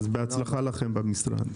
בהצלחה לכם במשרד.